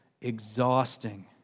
exhausting